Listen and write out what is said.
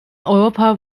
europa